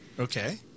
Okay